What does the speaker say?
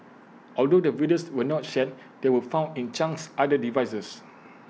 although the videos were not shared they were found in Chang's other devices